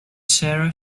sara